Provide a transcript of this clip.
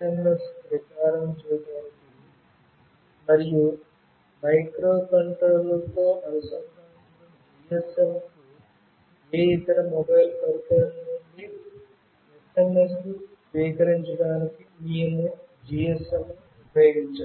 SMS ప్రసారం చేయడానికి మరియు మైక్రోకంట్రోలర్తో అనుసంధానించబడిన GSM కు ఏ ఇతర మొబైల్ పరికరం నుండి SMS ను స్వీకరించడానికి మేము GSM ను ఉపయోగించాము